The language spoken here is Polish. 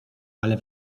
ale